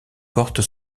porte